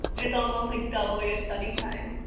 it's almost like double your study time